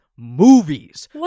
movies